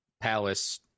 palace